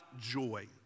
joy